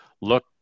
Look